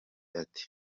ati